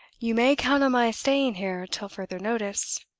you may count on my staying here till further notice.